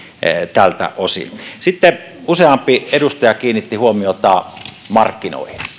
tältä osin useampi edustaja kiinnitti huomiota markkinoihin